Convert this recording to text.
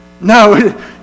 No